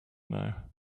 now